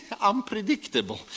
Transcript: unpredictable